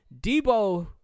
Debo